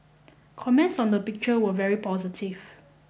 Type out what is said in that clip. comments on the picture were very positive